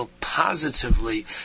positively